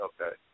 okay